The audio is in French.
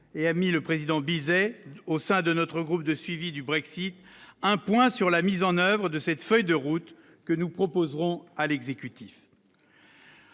et ami le président Bizet au sein de notre groupe de suivi du Brexit, un point sur la mise en oeuvre de cette feuille de route que nous proposerons à l'exécutif,